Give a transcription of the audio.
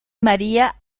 maría